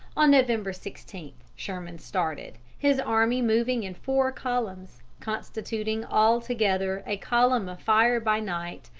on november sixteen, sherman started, his army moving in four columns, constituting altogether a column of fire by night,